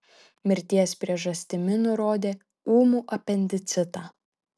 mirties priežastimi nurodė ūmų apendicitą